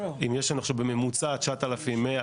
יש לנו את הצעת החוק שדנה ברכישה והיא אמורה להגיע לוועדה.